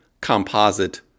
composite